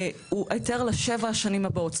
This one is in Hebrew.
הוא היתר לשבע שנים הבאות,